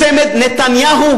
הצמד נתניהו